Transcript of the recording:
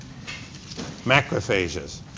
Macrophages